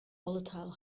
volatile